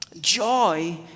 Joy